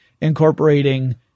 incorporating